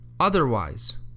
Otherwise